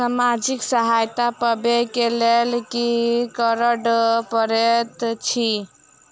सामाजिक सहायता पाबै केँ लेल की करऽ पड़तै छी?